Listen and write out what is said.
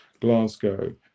glasgow